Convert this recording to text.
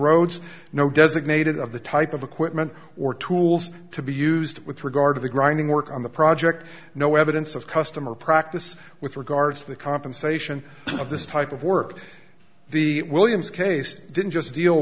roads no designated of the type of equipment or tools to be used with regard to the grinding work on the project no evidence of customer practice with regards to the compensation of this type of work the williams case didn't just deal